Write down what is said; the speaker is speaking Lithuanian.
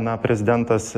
na prezidentas